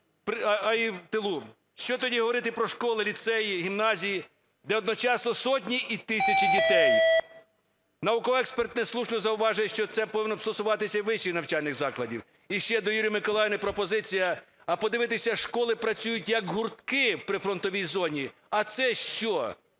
а і в тилу. Що тоді говорити про школи, ліцеї, гімназії, де одночасно сотні і тисячі дітей? Науково-експертне слушно зауважує, що це повинно стосуватися і вищих навчальних закладів. І ще до Юлії Миколаївни пропозиція, а подивитися, школи працюють, як гуртки, в прифронтовій зоні, а це що?